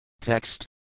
Text